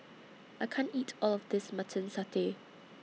I can't eat All of This Mutton Satay